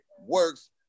works